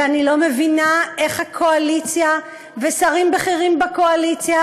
ואני לא מבינה איך הקואליציה ושרים בכירים בקואליציה